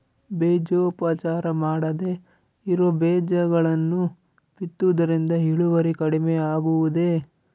ಬೇಜೋಪಚಾರ ಮಾಡದೇ ಇರೋ ಬೇಜಗಳನ್ನು ಬಿತ್ತುವುದರಿಂದ ಇಳುವರಿ ಕಡಿಮೆ ಆಗುವುದೇ?